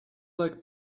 like